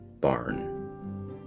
barn